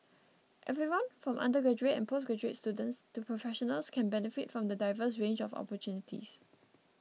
everyone from undergraduate and postgraduate students to professionals can benefit from the diverse range of opportunities